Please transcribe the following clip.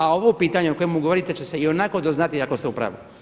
A ovo pitanje o kojemu govorite će se i onako doznati ako ste u pravu.